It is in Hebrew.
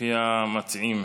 לפי המציעים.